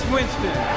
Winston